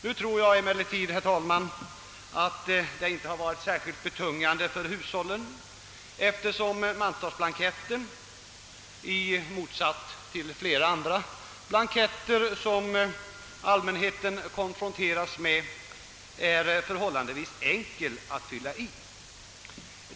Nu tror jag emellertid, herr talman, att detta inte varit särskilt betungande för hushållen eftersom mantalsblanketten, i motsats till flera andra blanketter som allmänheten konfronteras med, är förhållandevis enkel att fylla i.